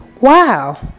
Wow